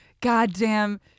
goddamn